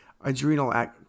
adrenal